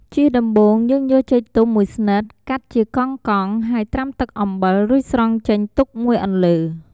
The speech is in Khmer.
ជាដំបូងយើងយកចេកទុំមួយស្និត កាត់ជាកង់ៗ ហើយត្រាំទឹកអំបិល រួចស្រង់ចេញទុកមួយអន្លើ។